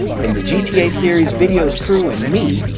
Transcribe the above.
from the gta series videos crew and me,